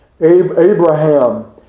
Abraham